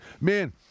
Man